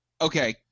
Okay